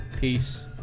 Peace